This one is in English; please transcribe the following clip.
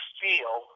feel